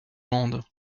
landes